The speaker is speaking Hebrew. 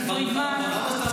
אתה תלך מכאן,